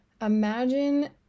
imagine